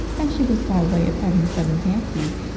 and she was by way of having sudden fancies.